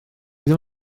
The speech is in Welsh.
ddim